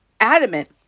Adamant